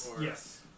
Yes